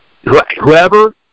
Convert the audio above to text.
Whoever